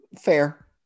Fair